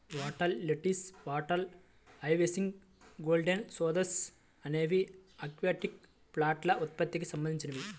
water lettuce, water hyacinth, golden pothos అనేవి aquatic ప్లాంట్ల ఉత్పత్తికి సంబంధించినవి